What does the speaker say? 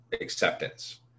acceptance